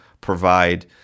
provide